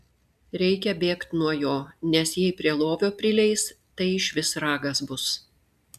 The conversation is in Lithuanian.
reikia bėgt nuo jo nes jei prie lovio prileis tai išvis ragas bus